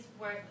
worth